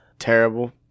terrible